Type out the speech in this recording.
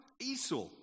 Esau